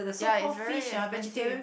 ya it's very expensive